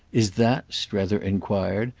is that, strether enquired,